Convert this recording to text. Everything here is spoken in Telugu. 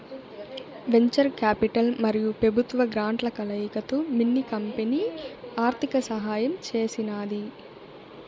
వెంచర్ కాపిటల్ మరియు పెబుత్వ గ్రాంట్ల కలయికతో మిన్ని కంపెనీ ఆర్థిక సహాయం చేసినాది